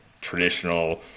traditional